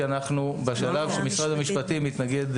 כי אנחנו בשלב שמשרד המשפטים מתנגד,